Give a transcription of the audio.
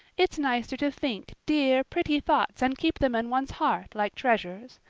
it's nicer to think dear, pretty thoughts and keep them in one's heart, like treasures.